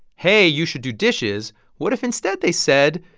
hey, you should do dishes. what if instead they said,